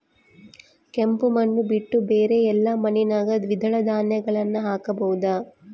ಕೆಂಪು ಮಣ್ಣು ಬಿಟ್ಟು ಬೇರೆ ಎಲ್ಲಾ ಮಣ್ಣಿನಾಗ ದ್ವಿದಳ ಧಾನ್ಯಗಳನ್ನ ಹಾಕಬಹುದಾ?